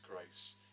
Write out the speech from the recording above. grace